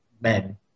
men